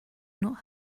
not